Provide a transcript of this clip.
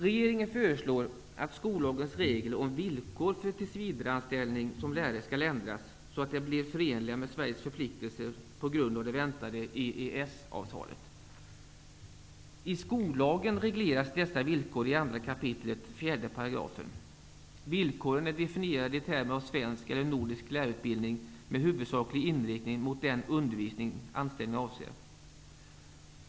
Regeringen föreslår att skollagens regler om villkor för tillsvidareanställning som lärare skall ändras, så att de blir förenliga med Sveriges förpliktelser på grund av det väntade EES-avtalet. Villkoren är definierade i termer av svensk eller nordisk lärarutbildning med huvudsaklig inriktning mot den undervisning anställningen avser.